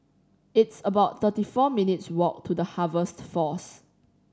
it's about thirty four minutes' walk to The Harvest Force